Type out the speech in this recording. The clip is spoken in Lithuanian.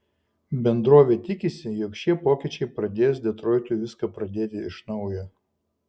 bendrovė tikisi jog šie pokyčiai pradės detroitui viską pradėti iš naujo